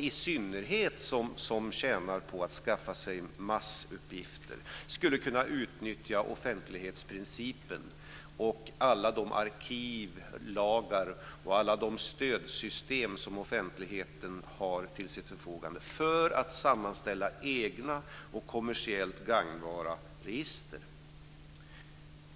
i synnerhet de som tjänar på att skaffa sig massuppgifter skulle kunna utnyttja offentlighetsprincipen och alla de arkivlagar och alla de stödsystem som offentligheten har till sitt förfogande till att sammanställa egna och kommersiellt gagnbara register.